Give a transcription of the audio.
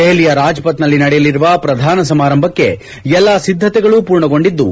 ದೆಹಲಿಯ ರಾಜ್ಪಥ್ನಲ್ಲಿ ನಡೆಯಲಿರುವ ಪ್ರದಾನ ಸಮಾರಂಭಕ್ಕೆ ಎಲ್ಲಾ ಸಿದ್ದತೆಗಳು ಪೂರ್ಣಗೊಂಡಿದ್ದು